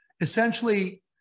Essentially